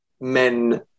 men